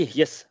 yes